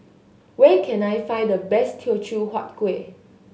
where can I find the best Teochew Huat Kuih